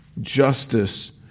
justice